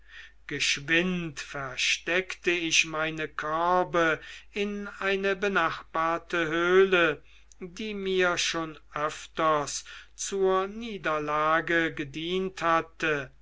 geschwind versteckte ich meine körbe in eine benachbarte höhle die mir schon öfters zur niederlage gedient hatte